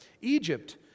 Egypt